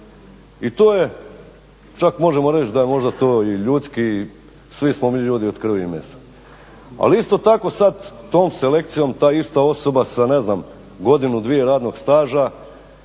i to je čak možemo reći da je možda to i ljudski, svi smo mi ljudi od krvi i mesa. Ali isto tako sad tom selekcijom ta ista osoba sa godinu-dvije radnog staža